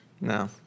No